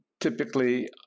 typically